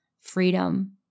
freedom